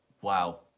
Wow